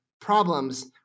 problems